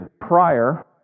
prior